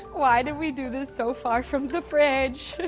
why do we do this so far from the fridge?